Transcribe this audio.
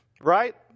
right